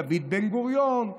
דוד בן-גוריון,